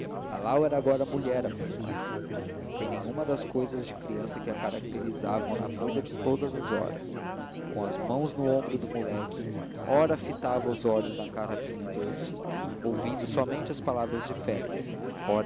lalau era agora mulher apenas sem nenhuma das cousas de criança que a caracterizavam na vida de todas as horas com as mãos no ombro do moleque ora fitava os olhos na carapinha deste ouvindo somente as palavras de félix